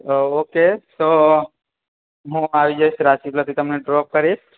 okay તો હું આવી જઈશ રાજપીપળાથી તમને ડ્રોપ કરીશ